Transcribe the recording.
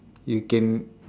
you can